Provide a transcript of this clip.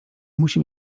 musi